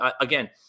again